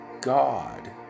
God